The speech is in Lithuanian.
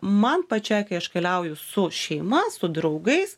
man pačiai kai aš keliauju su šeima su draugais